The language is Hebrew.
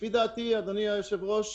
לפי דעתי, אדוני היושב-ראש,